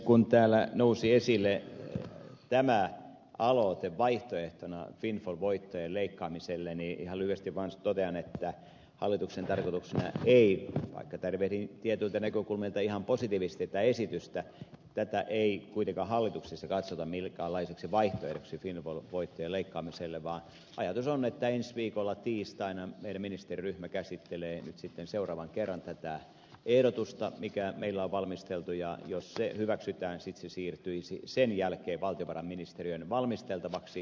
kun täällä nousi esille tämä aloite vaihtoehtona windfall voittojen leikkaamiselle niin ihan lyhyesti vaan totean että vaikka tervehdin tietyiltä näkökulmilta ihan positiivisesti tätä esitystä tätä ei kuitenkaan hallituksessa katsota minkäänlaiseksi vaihtoehdoksi windfall voittojen leikkaamiselle vaan ajatus on että ensi viikolla tiistaina meidän ministeriryhmämme käsittelee nyt sitten seuraavan kerran tätä ehdotusta joka meillä on valmisteltu ja jos se hyväksytään tuo varsinainen vero siirtyisi sen jälkeen valtiovarainministeriön valmisteltavaksi